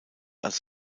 als